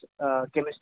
chemistry